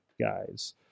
guys